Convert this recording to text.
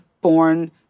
born